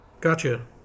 Gotcha